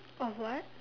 of what